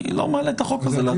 אני לא מעלה את החוק הזה להצבעה.